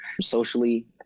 socially